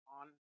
on